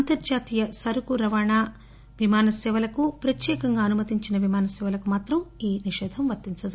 అంతర్హాతీయ సరుకు రవాణా విమాన సేవలకు ప్రత్సేకంగా అనుమతించిన విమాన సేవలకు మాత్రం ఈ రద్దు వర్తించదు